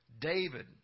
David